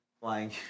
Flying